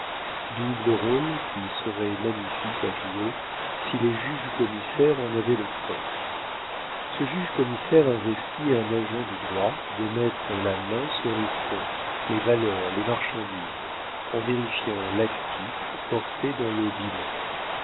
double rôle qui serait magnifique à jouer si les juges commissaires en avaient le temps ce juge commissaire investit un agent du droit de mettre la main sur les fonds les valeurs les marchandises en vérifiant l'actif porté dans le bilan